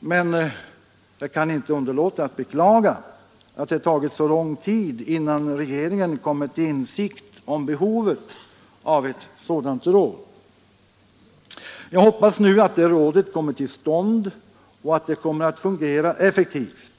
Men jag kan inte underlåta att beklaga, att det har tagit så lång tid, innan regeringen kommit till insikt om behovet av ett sådant råd. Jag hoppas nu att det rådet verkligen kommer till stånd och att det kommer att fungera effektivt,